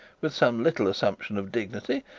with some little assumption of dignity,